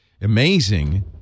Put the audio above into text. amazing